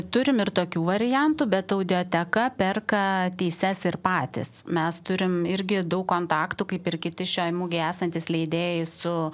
turim ir tokių variantų bet audioteka perka teises ir patys mes turim irgi daug kontaktų kaip ir kiti šioje mugėje esantys leidėjai su